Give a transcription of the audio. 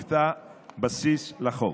אשר היוותה בסיס לחוק.